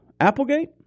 Applegate